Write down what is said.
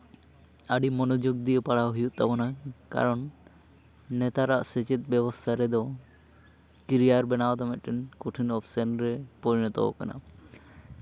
ᱟᱹᱰᱤ ᱢᱚᱱᱳᱡᱳᱜᱽ ᱫᱤᱭᱮ ᱯᱟᱲᱦᱟᱣ ᱦᱩᱭᱩᱜ ᱛᱟᱵᱳᱱᱟ ᱠᱟᱨᱚᱱ ᱱᱮᱛᱟᱨᱟᱜ ᱥᱮᱪᱮᱫ ᱵᱮᱵᱚᱥᱛᱷᱟ ᱨᱮᱫᱚ ᱠᱨᱤᱭᱟᱨ ᱵᱮᱱᱟᱣ ᱫᱚ ᱢᱤᱫᱴᱮᱱ ᱠᱚᱴᱷᱤᱱ ᱚᱯᱷᱥᱮᱱ ᱨᱮ ᱯᱚᱨᱤᱱᱚᱛᱚ ᱟᱠᱟᱱᱟ